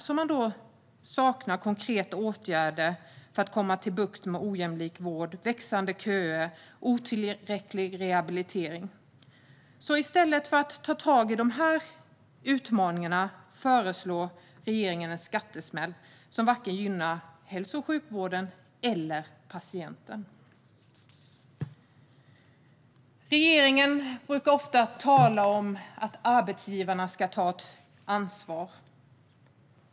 Vi saknar konkreta åtgärder för att komma till rätta med ojämlik vård, växande köer och otillräcklig rehabilitering. Men i stället för att ta tag i de här utmaningarna föreslår regeringen en skattesmäll som varken gynnar hälso och sjukvården eller patienten. Regeringen brukar ofta tala om att arbetsgivarna ska ta ansvar.